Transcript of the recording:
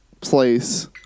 place